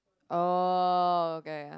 oh okay ya